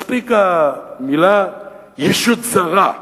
מספיקה המלה "ישות זרה",